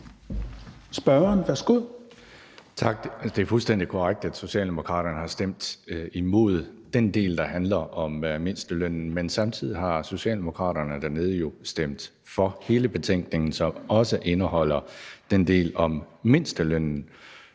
Ahrendtsen (DF): Tak. Det er fuldstændig korrekt, at Socialdemokraterne har stemt imod den del, der handler om mindstelønnen, men samtidig har Socialdemokraterne dernede jo stemt for hele betænkningen, som også indeholder den del om mindstelønnen.